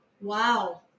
Wow